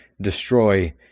destroy